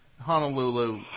Honolulu